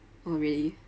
oh really